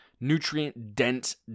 nutrient-dense